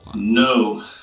No